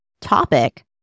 topic